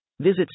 Visit